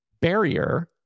barrier